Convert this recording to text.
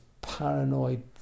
paranoid